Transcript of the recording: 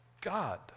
God